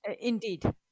Indeed